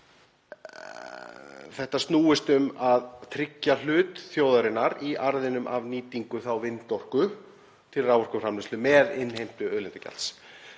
þetta snýst um að tryggja hlut þjóðarinnar í arðinum af nýtingu þá vindorku til raforkuframleiðslu með innheimtu auðlindagjalds.